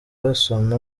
basoma